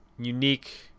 unique